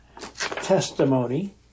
testimony